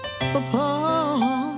apart